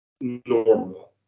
normal